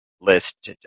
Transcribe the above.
List